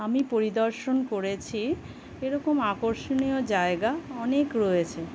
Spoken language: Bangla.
আমি পরিদর্শন করেছি এরকম আকর্ষণীয় জায়গা অনেক রয়েছে